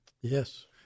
Yes